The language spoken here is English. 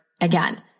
again